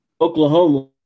Oklahoma